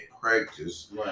practice